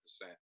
percent